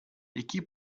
які